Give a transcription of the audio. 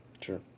Sure